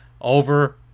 over